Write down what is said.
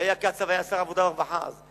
כשקצב היה שר העבודה והרווחה אז,